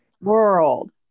World